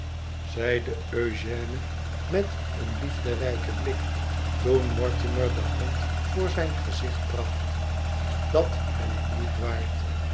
zei eugène met een liefderijken blik toen mortimer de hand voor zijn gezicht bracht dat ben ik niet waard